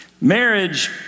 Marriage